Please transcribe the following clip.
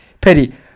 pity